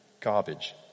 garbage